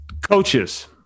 Coaches